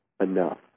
enough